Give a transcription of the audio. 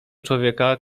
człowieka